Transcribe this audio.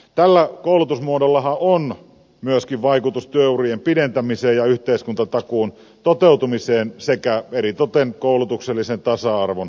tällä koulutusmuodollahan on myöskin vaikutus työurien pidentämiseen ja yhteiskuntatakun toteutumiseen sekä eritoten koulutuksellisen tasa arvon toteutumiseen